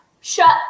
Shut